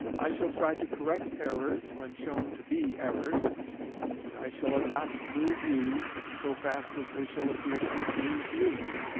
i shall try to correct errors, when shown to be errors and i shall adopt new views, so fast as they shall appear to be true views.